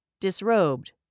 disrobed